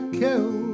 kill